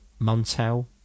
Montel